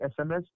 SMS